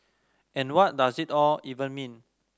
and what does it all even mean